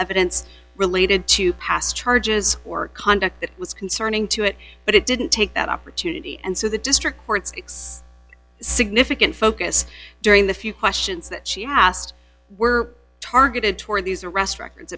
evidence related to past charges or conduct that was concerning to it but it didn't take that opportunity and so the district courts significant focus during the few questions that she asked were targeted toward these arrest records